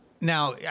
now